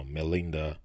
Melinda